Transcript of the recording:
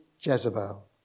Jezebel